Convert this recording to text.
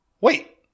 Wait